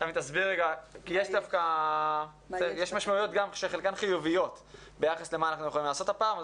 יש משמעויות שחלקן חיוביות ביחס למה אנחנו יכולים לעשות הפעם.